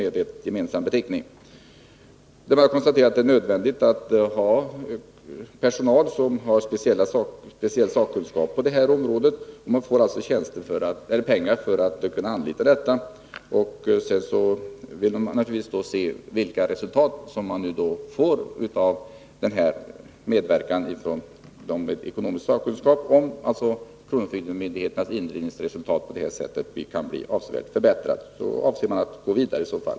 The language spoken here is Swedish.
Det är nödvändigt att ha tillgång till personal med speciell sakkunskap på det området, och pengar anslås alltså för anlitande av sådan. Sedan får vi naturligtvis se vilka resultat det blir av denna medverkan av de ekonomiskt sakkunniga och om alltså kronofogdemyndigheternas indrivningsresultat på det här sättet har kunnat avsevärt förbättras. I så fall avser man att gå vidare.